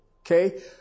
Okay